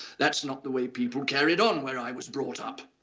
that's not the way people carried on where i was brought up.